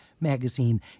Magazine